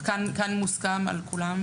כאן מוסכם על כולם,